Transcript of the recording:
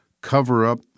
cover-up